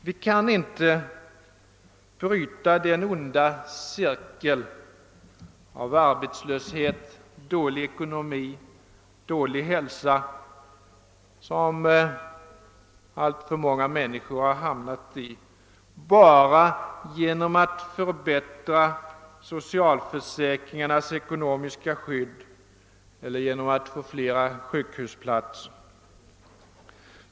Vi kan inte bryta den onda cirkel av arbetslöshet, dålig ekonomi och dålig hälsa, som alltför många människor har hamnat i, bara genom att förbättra socialförsäkringarnas ekonomiska skydd eller genom att få flera sjukhusplatser.